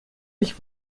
ich